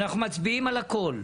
אנחנו מצביעים על הכל?